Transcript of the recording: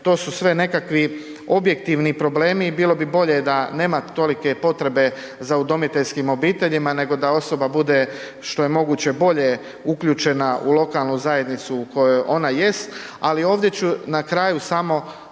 to su sve nekakvi objektivni problemi i bilo bi bolje da nema tolike potrebe za udomiteljskim obiteljima, nego da osoba bude što je moguće bolje uključena u lokalnu zajednicu u kojoj ona jest, ali ovdje ću na kraju samo